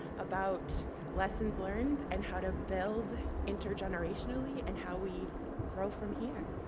about lessons learned and how to build intergenerationally and how we grow from here.